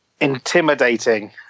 intimidating